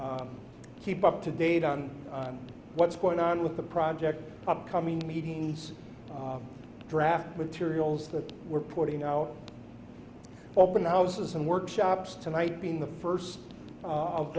to keep up to date on what's going on with the project upcoming meetings draft materials that we're putting out open houses and workshops tonight being the first of